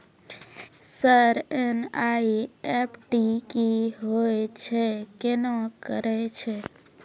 Sir NEFT की होय छै, केना करे छै?